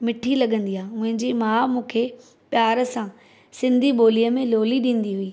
मिठी लगंदी आहे मुंहिंजी माउ मूंखे प्यार सां सिन्धी ॿोलीअ में लोली ॾीन्दी हुई